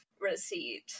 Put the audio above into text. receipt